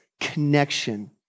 connection